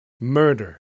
murder